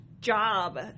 job